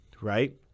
right